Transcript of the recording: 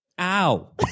Ow